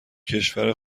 کشور